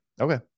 Okay